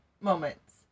moments